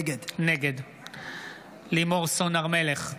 נגד לימור סון הר מלך,